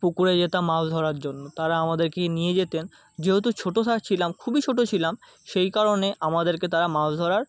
পুকুরে যেতাম মাছ ধরার জন্য তারা আমাদেরকে নিয়ে যেতেন যেহেতু ছোটো থা ছিলাম খুবই ছোটো ছিলাম সেই কারণে আমাদেরকে তারা মাছ ধরার